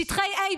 שטחי A,